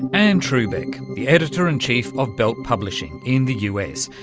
anne trubek, the editor in chief of belt publishing in the us,